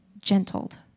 gentled